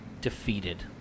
defeated